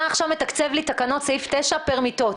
אתה עכשיו מתקצב לי תקנות, סעיף 9 פר מיטות.